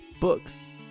Books